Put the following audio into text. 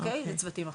זה צוותים אחרים.